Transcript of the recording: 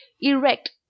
erect